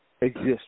exist